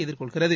எதிர்கொள்கிறது